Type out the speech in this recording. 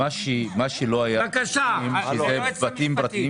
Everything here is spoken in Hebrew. מה שלא היה תקדים זה בתים פרטיים